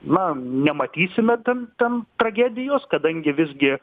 na nematysime tam tam tragedijos kadangi visgi